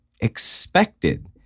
expected